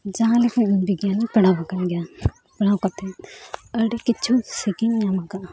ᱡᱟᱦᱟᱸ ᱞᱮᱠᱟ ᱤᱧ ᱵᱤᱜᱽᱜᱟᱱᱤᱧ ᱯᱟᱲᱦᱟᱣ ᱠᱟᱱ ᱜᱮᱭᱟ ᱯᱟᱲᱦᱟᱣ ᱠᱟᱛᱮ ᱟᱹᱰᱤ ᱠᱤᱪᱷᱩ ᱥᱤᱠᱤᱧ ᱧᱟᱢ ᱠᱟᱜᱼᱟ